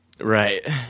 Right